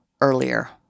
earlier